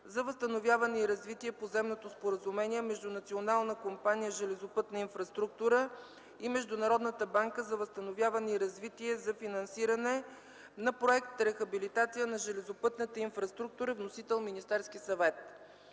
за възстановяване и развитие по заемното споразумение между Национална кампания „Железопътна инфраструктура” и Международната банка за възстановяване и развитие за финансиране на проект „Рехабилитация на железопътната инфраструктура”. Вносител – Министерският съвет.